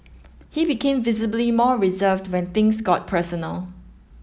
he became visibly more reserved when things got personal